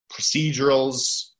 procedurals